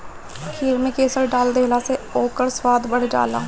खीर में केसर डाल देहला से ओकर स्वाद बढ़ जाला